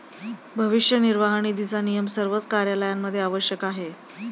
भविष्य निर्वाह निधीचा नियम सर्वच कार्यालयांमध्ये आवश्यक आहे